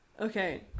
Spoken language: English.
Okay